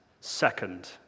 second